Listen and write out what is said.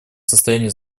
состоянии